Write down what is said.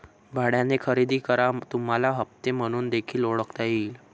भाड्याने खरेदी करा तुम्हाला हप्ते म्हणून देखील ओळखता येईल